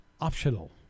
optional